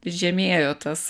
žemėjo tas